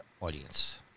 audience